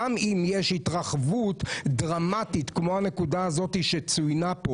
גם אם יש התרחבות דרמטית כמו הנקודה שצוינה פה